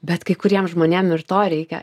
bet kai kuriem žmonėm ir to reikia